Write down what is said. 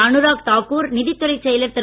அனுராக் தாக்கூர் நிதித் துறைச் செயலர் திரு